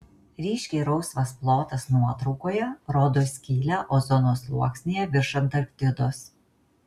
ryškiai rausvas plotas nuotraukoje rodo skylę ozono sluoksnyje virš antarktidos